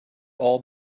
all